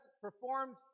performed